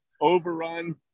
overrun